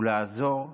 ולעזור ולמנוע,